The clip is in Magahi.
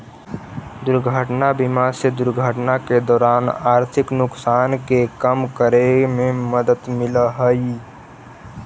दुर्घटना बीमा से दुर्घटना के दौरान आर्थिक नुकसान के कम करे में मदद मिलऽ हई